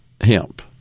hemp